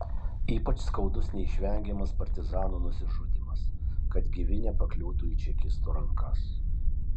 ypač skaudus neišvengiamas partizanų nusižudymas kad gyvi nepakliūtų į čekistų rankas